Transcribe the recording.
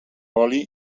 oli